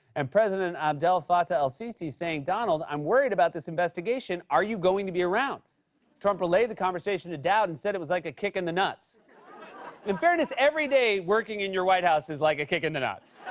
and president abdel fatah al-sissi saying, donald, i'm worried about this investigation. are you going to be around trump relayed the conversation to dowd, and said it was like a kick in the nuts in fairness, every day working in your white house is like a kick in the nuts.